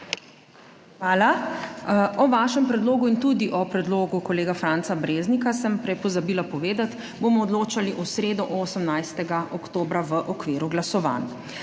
Hvala. O vašem predlogu in tudi o predlogu kolega Franca Breznika, sem prej pozabila povedati, bomo odločali v sredo, 18. oktobra, v okviru glasovanj.